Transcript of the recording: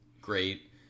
great